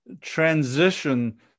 transition